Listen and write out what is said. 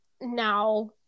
now